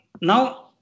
now